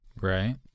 Right